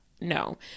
no